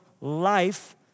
life